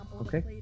Okay